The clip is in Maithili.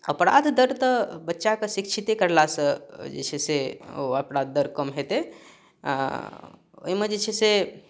अपराध दर तऽ बच्चाके शिक्षिते करलासँ जे छै से ओ अपराध दर कम हेतै आओर ओइमे जे छै से